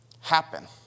happen